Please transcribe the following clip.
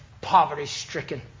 poverty-stricken